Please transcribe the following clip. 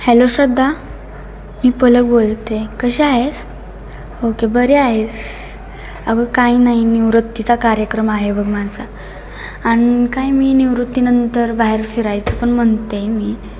hello Shraddha मी पलक बोलते कशी आहेस ओके बरी आहेस अगं काही नाही निवृत्तीचा कार्यक्रम आहे बघ माझा आणि काय मी निवृत्तीनंतर बाहेर फिरायचं पण म्हणते मी